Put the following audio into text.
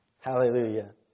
Hallelujah